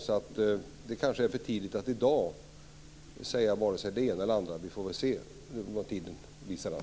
Det är kanske för tidigt att i dag säga vare sig det ena eller det andra. Vi får väl se tiden an.